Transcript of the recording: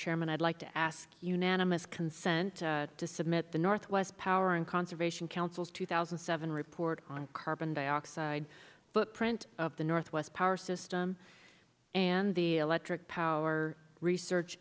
chairman i'd like to ask unanimous consent to submit the northwest power and conservation council's two thousand and seven report on carbon dioxide footprint of the north west power system and the electric power research